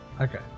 Okay